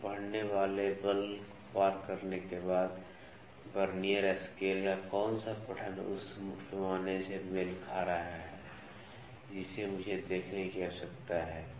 इसे पढ़ने वाले बल को पार करने के बाद वर्नियर स्केल का कौन सा पठन उस मुख्य पैमाने से मेल खा रहा है जिसे मुझे देखने की आवश्यकता है